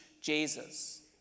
Jesus